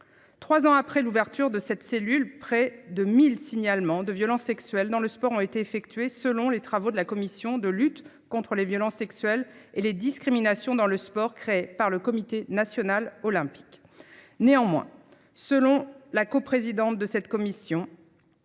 3 ans après l'ouverture de cette cellule près de 1000 signalements de violences sexuelles dans le sport ont été effectuées selon les travaux de la commission de lutte contre les violences sexuelles et les discriminations dans le sport, créé par le comité national olympique. Néanmoins, selon la co-, présidente de cette commission.